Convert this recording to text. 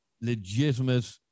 legitimate